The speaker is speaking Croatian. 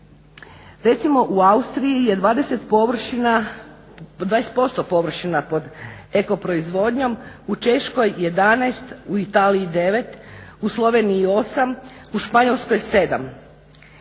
Recimo u Austriji je 20 površina, 20% površina pod eko proizvodnjom, u Češkoj 11, u Italiji 9, u Sloveniji 8, u Španjolskoj 7.